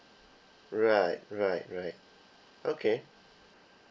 right right right okay